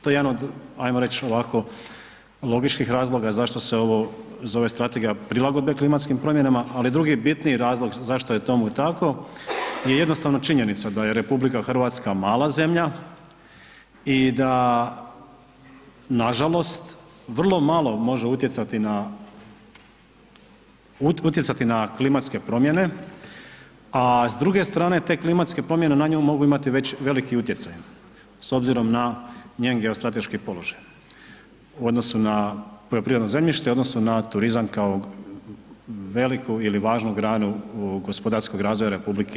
To je jedan od ajmo reći ovako logičkih razloga zašto se ovo zove strategija prilagodbe klimatskim promjenama, ali drugi bitniji razlog zašto je tomu tako je jednostavno činjenica da je RH mala zemlja i da nažalost vrlo malo može utjecati na klimatske promjene, a s druge strane te klimatske promjene na nju mogu imati već veliki utjecaj s obzirom na njen geostrateški položaj u odnosu na poljoprivredno zemljište i u odnosu na turizam kao veliku ili važnu granu gospodarskog razvoja RH.